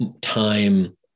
time